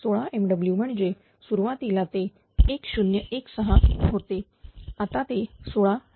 16 MW म्हणजे सुरुवातीला ते1016 होते आता ते 16 MW